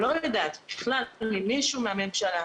לא יודעת, ממישהו מהממשלה